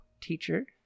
teacher